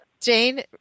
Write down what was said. Jane